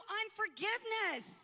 unforgiveness